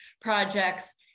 projects